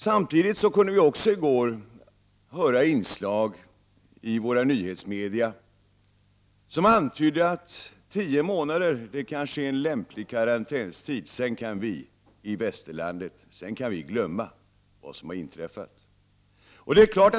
Samtidigt kunde vi, också i går, höra inslag i våra nyhetsmedia som antydde att tio månader kanske är en lämplig karantänstid i västerlandet — sedan kan vi glömma vad som har inträffat.